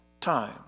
time